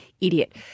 Idiot